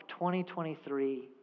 2023